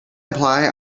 imply